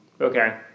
Okay